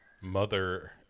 mother